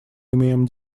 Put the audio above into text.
имеем